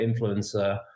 influencer